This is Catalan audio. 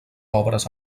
obres